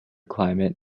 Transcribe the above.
climate